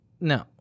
No